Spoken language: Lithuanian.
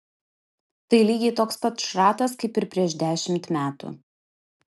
tai lygiai toks pat šratas kaip ir prieš dešimt metų